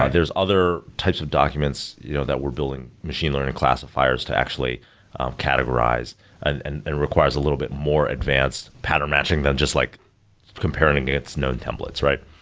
ah there's other types of documents you know that we're building machine learning classifiers to actually categorize and requires a little bit more advanced pattern matching than just like comparing its known templates, right?